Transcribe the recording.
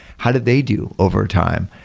how did they do overtime?